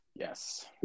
Yes